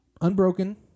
unbroken